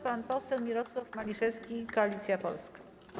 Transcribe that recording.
Pan poseł Mirosław Maliszewski, Koalicja Polska.